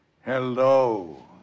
Hello